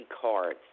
cards